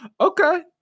Okay